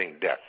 death